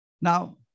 Now